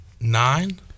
Nine